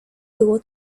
było